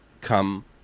come